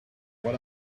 what